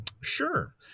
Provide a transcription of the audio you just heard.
Sure